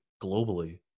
globally